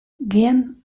gean